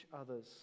others